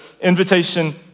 invitation